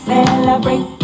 Celebrate